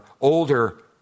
older